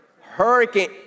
Hurricane